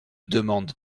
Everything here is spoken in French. demande